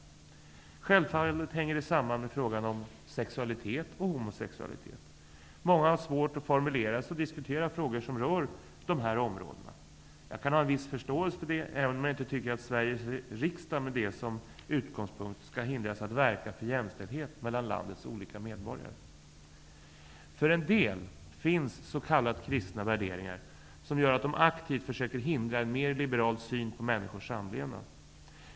Det hänger självfallet samman med frågan om sexualitet och homosexualitet. Många har svårt att formulera sig och diskutera frågor som rör dessa områden. Jag kan ha en viss förståelse för det, även om jag inte tycker att Sveriges riksdag med det som utgångspunkt skall hindras att verka för för jämställdhet mellan landets olika medborgare. För en del finns s.k. kristna värderingar som gör att de aktivt försöker hindra en mer liberal syn på människors samlevnad.